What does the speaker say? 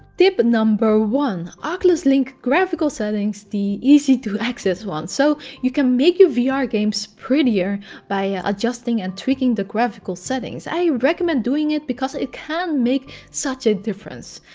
tip one oculus link graphical settings the easy to access ones so you can make your vr games prettier by adjusting and tweaking the graphical settings. i recommend doing it because it it can make such a difference.